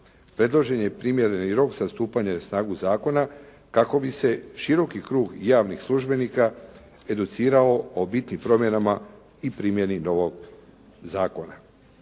Predložen je primjereni rok za stupanje na snagu zakona kako bi se široki krug javnih službenika educirao o bitnim promjenama i primjeni novog zakona.